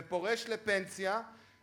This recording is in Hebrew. ופורש לפנסיה,